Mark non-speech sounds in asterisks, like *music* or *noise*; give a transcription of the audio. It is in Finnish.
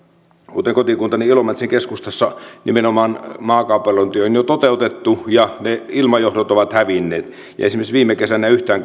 kuten kotikuntani ilomantsin keskustassa nimenomaan maakaapelointi on jo toteutettu ja ne ilmajohdot ovat hävinneet ja esimerkiksi viime kesänä yhtään *unintelligible*